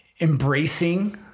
embracing